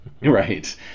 right